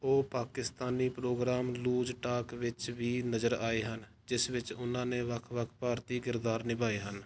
ਉਹ Pakistani programme loose talk ਵਿੱਚ ਵੀ ਨਜ਼ਰ ਆਏ ਹਨ ਜਿਸ ਵਿੱਚ ਉਹਨਾਂ ਨੇ ਵੱਖ ਵੱਖ ਭਾਰਤੀ ਕਿਰਦਾਰ ਨਿਭਾਏ ਹਨ